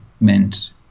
meant